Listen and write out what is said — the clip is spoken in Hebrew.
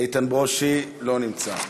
איתן ברושי, לא נמצא,